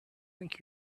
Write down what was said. think